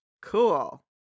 Cool